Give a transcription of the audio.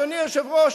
אדוני היושב-ראש,